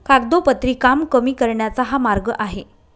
कागदोपत्री काम कमी करण्याचा हा मार्ग आहे